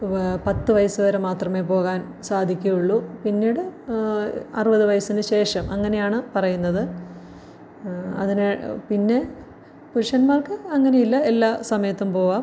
പത്ത് വയസ്സ് വരെ മാത്രമേ പോകാൻ സാധിക്കുള്ളൂ പിന്നീട് അറുപത് വയസ്സിന് ശേഷം അങ്ങനെയാണ് പറയുന്നത് അതിന് പിന്നെ പുരുഷന്മാർക്ക് അങ്ങനെ ഇല്ല എല്ലാ സമയത്തും പോവാം